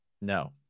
No